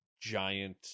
giant